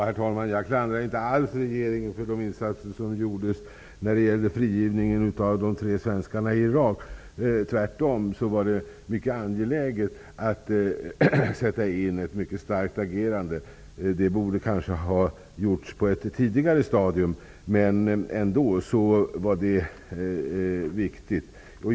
Herr talman! Jag klandrar inte alls regeringen för de insatser som gjordes när det gäller frigivningen av de tre svenskarna i Irak. Det var tvärtom mycket angeläget att man satte in ett starkt agerande. Det borde kanske ha gjorts på ett tidigare stadium, men det var ändå viktigt.